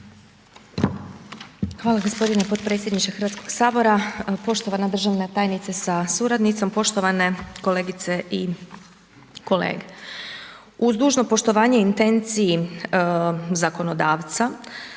Hvala gospodine potpredsjedniče Hrvatskog sabora. Poštovana državna tajnice sa suradnicom, poštovane kolegice i kolege. Uz dužno poštovanje intenciji zakonodavca